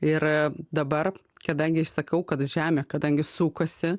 ir a dabar kadangi aš sakau kad žemė kadangi sukasi